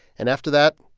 and after that,